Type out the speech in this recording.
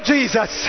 Jesus